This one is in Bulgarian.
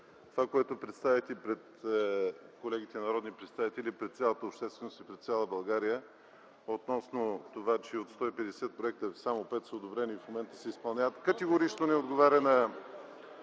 това което представихте пред колегите народни представители, пред цялата общественост и пред цяла България относно това, че от 150 проекта само 5 са одобрени и в момента се изпълняват, категорично не отговаря на